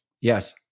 Yes